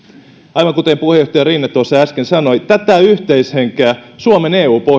aivan kuten puheenjohtaja rinne tuossa äsken sanoi tätä yhteishenkeä suomen eu